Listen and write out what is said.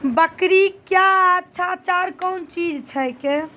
बकरी क्या अच्छा चार कौन चीज छै के?